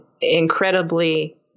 incredibly